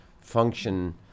function